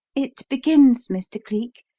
it begins, mr. cleek,